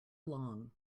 long